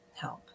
help